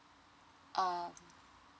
uh